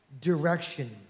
direction